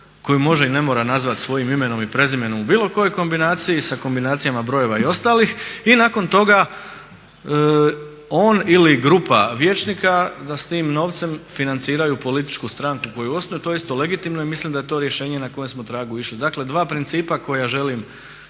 koju može i ne mora nazvati svojim imenom i prezimenom u bilo kojoj kombinaciji sa kombinacijama brojeva i ostalih i nakon toga on ili grupa vijećnika da s tim novcem financiraju političku stranku koju osnuju. To je isto legitimno i mislim da je to rješenje na kojem smo tragu išli. Dakle, dva principa koja želim